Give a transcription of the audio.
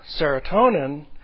serotonin